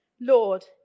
Lord